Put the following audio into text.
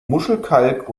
muschelkalk